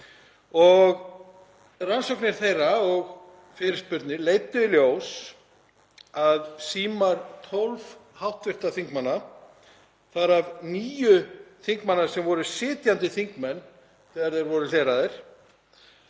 Rannsóknir þeirra og fyrirspurnir leiddu í ljós að símar tólf hv. þingmanna, þar af níu þingmanna sem voru sitjandi þingmenn þegar þeir voru hleraðir,